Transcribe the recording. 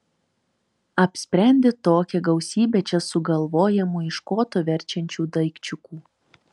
apsprendė tokią gausybę čia sugalvojamų iš koto verčiančių daikčiukų